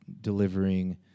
delivering